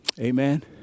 Amen